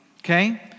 okay